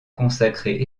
consacrés